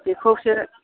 बेखौसो